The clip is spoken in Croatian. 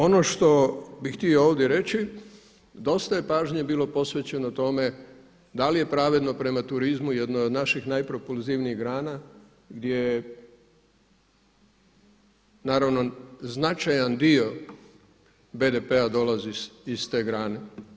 Ono što bih htio ovdje reći dosta je pažnje bilo posvećeno tome da li je pravedno prema turizmu jednoj od naših najpropulzivnijih grana gdje je naravno značajan dio BDP-a dolazi iz te grane.